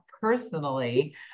personally